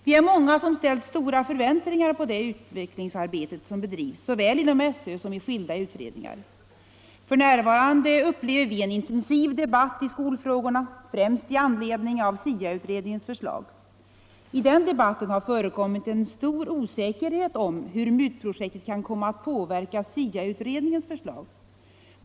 Vi är många som ställt stora förväntningar på det utvecklingsarbete som bedrivs såväl inom SÖ som i skilda utredningar. F. n. upplever vi en intensiv debatt i skolfrågorna, främst med anledning av SIA-utredningens förslag. I den debatten har det förekommit en stor osäkerhet om hur mycket MUT-projektet kan komma att påverka SIA utredningens förslag.